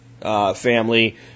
family